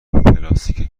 پلاستیک